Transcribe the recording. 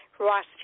Ross